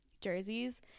jerseys